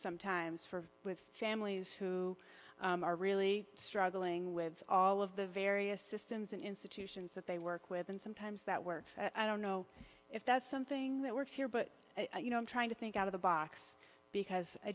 sometimes for with families who are really struggling with all of the various systems and institutions that they work with and sometimes that works and i don't know if that's something that works here but you know i'm trying to think out of the box because i